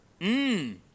Mmm